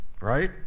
Right